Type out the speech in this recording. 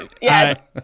Yes